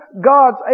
God's